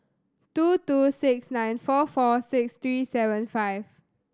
two two six nine four four six three seven five